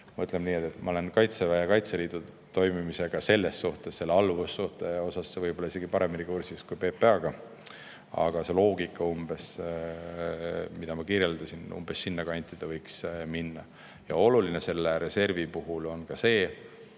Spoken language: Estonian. Ma ütlen niimoodi, et ma olen Kaitseväe ja Kaitseliidu toimimisega selle alluvussuhte osas võib-olla isegi paremini kursis kui PPA puhul. Aga see loogika, mida ma kirjeldasin, umbes sinna kanti võiks minna. Oluline selle reservi puhul on ka see,